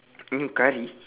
new curry